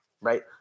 Right